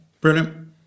brilliant